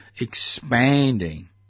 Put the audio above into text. Expanding